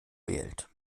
wählt